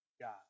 God